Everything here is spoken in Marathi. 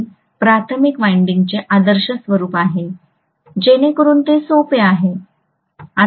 ते प्राथमिक वाइंडिंग चे आदर्श स्वरूप आहे जेणेकरून ते सोपे आहे